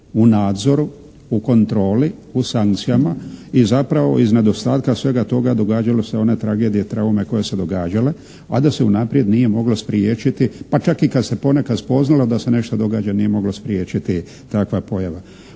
u nadzoru, u kontroli, u sankcijama i zapravo iz nedostatka svega toga događalo se one tragedije, traume koje su se događale, a da se unaprijed nije moglo spriječiti, pa čak i kad se ponekad spoznalo da se nešto događa nije moglo spriječiti takva pojava.